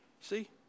See